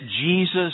Jesus